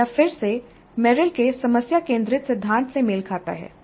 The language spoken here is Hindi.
यह फिर से मेरिल के समस्या केंद्रित सिद्धांत से मेल खाता है